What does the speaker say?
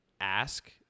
ask